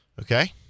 Okay